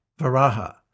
Varaha